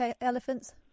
elephants